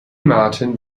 martin